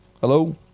Hello